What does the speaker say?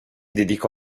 dedicò